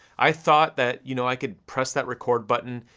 i thought that, you know, i could press that record button,